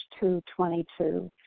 222